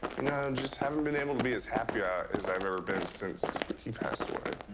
just haven't been able to be as happy ah as i've ever been since he passed away.